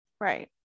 right